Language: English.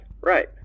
Right